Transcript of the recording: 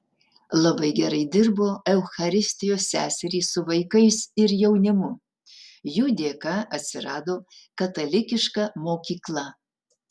labai gerai dirbo eucharistijos seserys su vaikais ir jaunimu jų dėka atsirado katalikiška mokykla